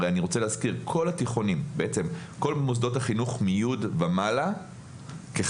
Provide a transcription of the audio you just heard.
אני מזכיר שכל התיכונים וכל מוסדות החינוך מכיתה י' ומעלה ככלל,